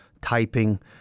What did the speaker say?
typing